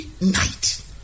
night